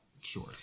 Sure